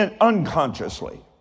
unconsciously